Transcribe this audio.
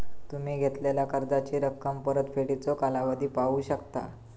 तुम्ही घेतलेला कर्जाची रक्कम, परतफेडीचो कालावधी पाहू शकता